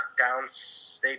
downstate